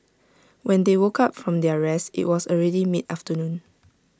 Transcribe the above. when they woke up from their rest IT was already mid afternoon